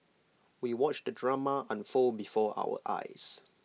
we watched the drama unfold before our eyes